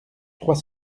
trois